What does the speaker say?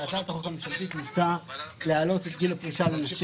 הצעת החוק הממשלתית מציעה להעלות את גיל הפרישה לנשים.